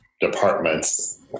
departments